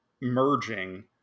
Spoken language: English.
merging